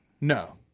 No